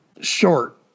short